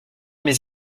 mes